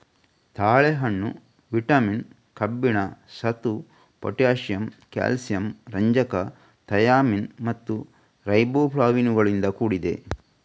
ತಾಳೆಹಣ್ಣು ವಿಟಮಿನ್, ಕಬ್ಬಿಣ, ಸತು, ಪೊಟ್ಯಾಸಿಯಮ್, ಕ್ಯಾಲ್ಸಿಯಂ, ರಂಜಕ, ಥಯಾಮಿನ್ ಮತ್ತು ರೈಬೋಫ್ಲಾವಿನುಗಳಿಂದ ಕೂಡಿದೆ